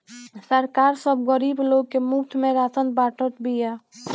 सरकार सब गरीब लोग के मुफ्त में राशन बांटत बिया